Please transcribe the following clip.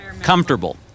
comfortable